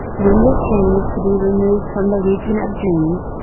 when this dream is to be removed from the region of dreams,